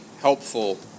helpful